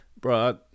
bro